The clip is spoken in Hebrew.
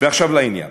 עכשיו לעניין.